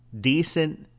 decent